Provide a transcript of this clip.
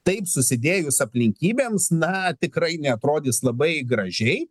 taip susidėjus aplinkybėms na tikrai neatrodys labai gražiai